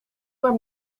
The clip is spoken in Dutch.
maar